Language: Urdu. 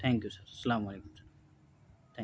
تھینک یو سر اسلام علیکم سر تھینک